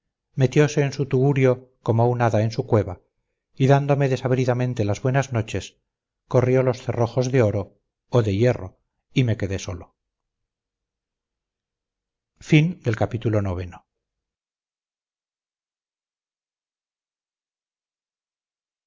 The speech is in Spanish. y organdíes metiose en su tugurio como un hada en su cueva y dándome desabridamente las buenas noches corrió los cerrojos de oro o de hierro y me quedé solo